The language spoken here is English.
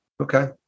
okay